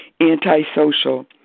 antisocial